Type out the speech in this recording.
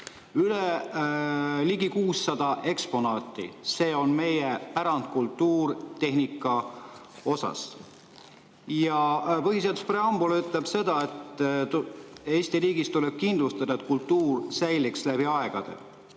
ligi 600 eksponaati. See on meie tehnikakultuuripärand. Põhiseaduse preambul ütleb seda, et Eesti riigis tuleb kindlustada, et kultuur säiliks läbi aegade.